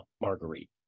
Marguerite